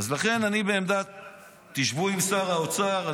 לכן אני בעמדה שאם תשבו עם שר האוצר,